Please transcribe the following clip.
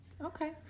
Okay